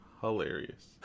Hilarious